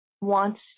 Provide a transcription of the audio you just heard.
wants